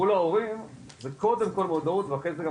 מול ההורים זה קודם כל מודעות ואחרי זה גם